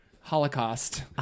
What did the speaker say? Holocaust